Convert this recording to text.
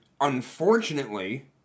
unfortunately